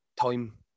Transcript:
time